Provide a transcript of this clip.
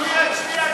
הוא הזכיר את שמי.